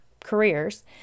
careers